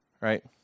right